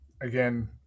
again